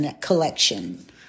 Collection